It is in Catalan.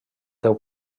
deu